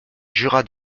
jura